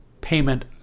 payment